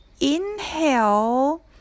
inhale